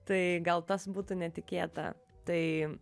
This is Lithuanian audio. tai gal tas būtų netikėta tai